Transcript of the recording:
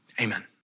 Amen